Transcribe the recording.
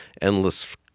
endless